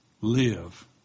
live